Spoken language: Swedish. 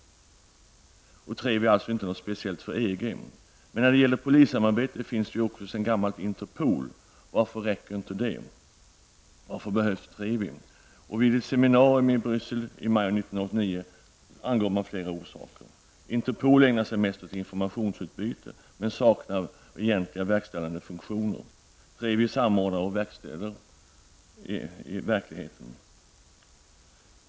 TREVI är alltså inte något speciellt för EG. Men när det gäller polissamarbete finns ju sedan gammalt Interpol. Varför är det inte tillräckligt? Varför behövs TREVI? Vid ett seminarium i Bryssel i maj 1989 angavs flera orsaker: Interpol ägnar sig mest åt informationsutbyte, men saknar egentliga verkställande funktioner. TREVI samordnar och verkställer i verkligheten.